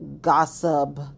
Gossip